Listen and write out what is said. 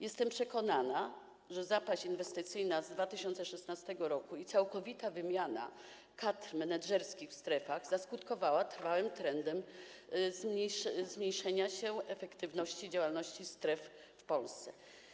Jestem przekonana, że zapaść inwestycyjna z 2016 r. i całkowita wymiana kadr menedżerskich w strefach zaskutkowały trwałym trendem zmniejszenia się efektywności działalności stref w Polsce.